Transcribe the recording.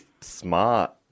smart